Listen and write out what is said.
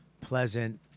pleasant